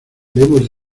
hemos